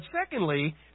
secondly